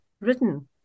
written